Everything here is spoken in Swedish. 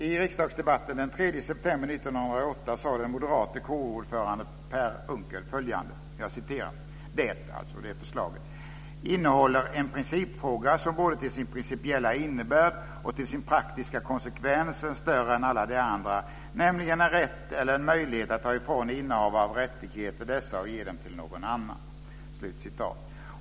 I riksdagsdebatten den 3 december 1998 sade den moderate KU-ordföranden Per Unckel följande om förslaget: "Det innehåller en principfråga som både till sin principiella innebörd och till sin praktiska konsekvens är större än alla de andra, nämligen en rätt eller en möjlighet att ta ifrån innehavare av rättigheter dessa och ge dem till någon annan."